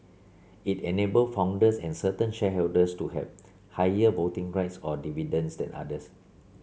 it enable founders and certain shareholders to have higher voting rights or dividends than others